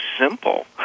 simple